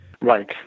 right